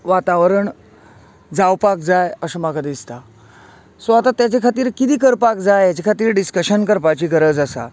वातावरण जावपाक जाय अशें म्हाका दिसता सो आता तेज्या खातीर कितें करपाक जाय हेज्या खातीर डिस्कशन करपाची गरज आसा